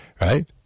Right